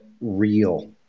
real